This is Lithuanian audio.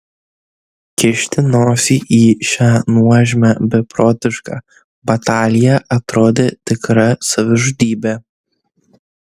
kišti nosį į šią nuožmią beprotišką bataliją atrodė tikra savižudybė